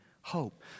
hope